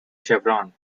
chevron